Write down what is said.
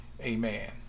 Amen